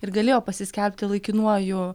ir galėjo pasiskelbti laikinuoju